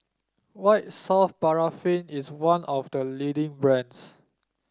White Soft Paraffin is one of the leading brands